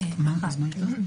"בתוקף סמכותי